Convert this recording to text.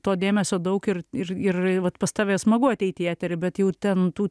to dėmesio daug ir ir ir vat pas tave smagu ateit į eterį bet jau ten tų